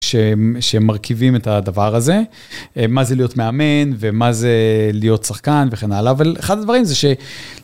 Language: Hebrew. שמרכיבים את הדבר הזה, מה זה להיות מאמן ומה זה להיות שחקן וכן הלאה, אבל אחד הדברים זה ש...